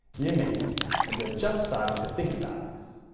you mean that you are just starting to think about this.